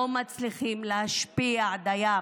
לא מצליחים להשפיע דיים